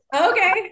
Okay